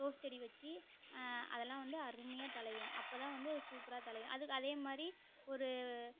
rose செடி வச்சி அதெல்லாம் வந்து அருமையாக தழையும் அப்போ தான் வந்து சூப்பராக தழையும் அதுக்கு அதே மாதிரி ஒரு